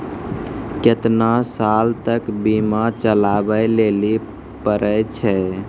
केतना साल तक बीमा चलाबै लेली पड़ै छै?